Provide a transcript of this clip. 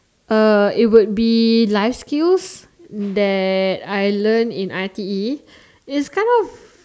uh it would be life skills that I learn in I_T_E it's kind of